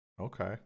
Okay